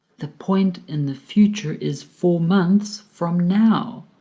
the point in the future is four months from now.